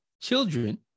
Children